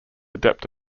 adept